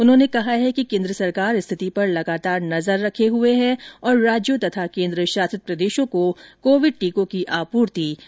उन्होंने कहा कि केन्द्र सरकार स्थिति पर लगातार नजर रखे हुए है और राज्यों तथा केन्द्र शासित प्रदेशों को कोविड टीकों की आपूर्ति बढ़ा रही है